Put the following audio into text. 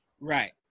Right